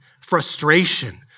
frustration